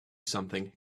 something